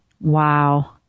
Wow